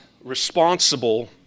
responsible